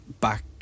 back